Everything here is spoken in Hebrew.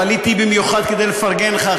עליתי במיוחד כדי לפרגן לך,